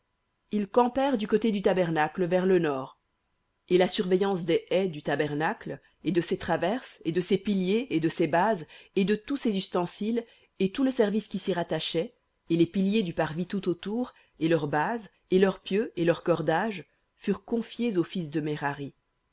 ils campèrent du côté du tabernacle vers le nord et la surveillance des ais du tabernacle et de ses traverses et de ses piliers et de ses bases et de tous ses ustensiles et tout le service qui s'y rattachait et les piliers du parvis tout autour et leurs bases et leurs pieux et leurs cordages furent confiés aux fils de merari